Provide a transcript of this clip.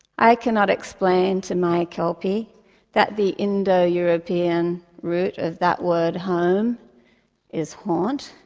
i cannot explain to my kelpie that the indo-european root of that word, home is haunt.